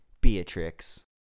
Beatrix